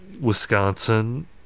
wisconsin